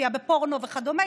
צפייה בפורנו וכדומה,